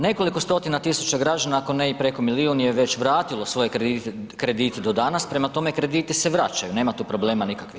Nekoliko stotina tisuća građana, ako ne i preko milijun je već vratilo svoje kredite do danas, prema tome krediti se vraćaju, nema tu problema nikakvih.